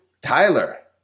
Tyler